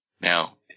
now